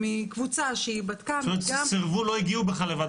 מקבוצה שהיא בדקה --- סירבו,